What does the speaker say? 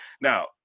Now